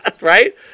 Right